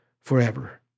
forever